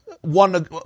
One